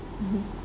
mmhmm